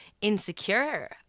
insecure